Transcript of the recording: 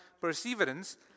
perseverance